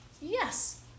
Yes